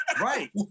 Right